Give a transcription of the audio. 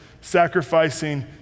sacrificing